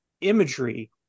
imagery